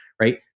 right